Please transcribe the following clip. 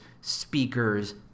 speakers